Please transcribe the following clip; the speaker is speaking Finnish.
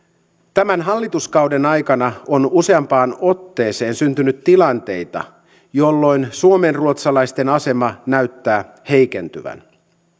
tämän hallituskauden aikana on useampaan otteeseen syntynyt tilanteita jolloin suomenruotsalaisten asema näyttää heikentyvän